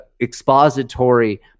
expository